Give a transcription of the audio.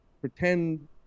pretend